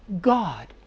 God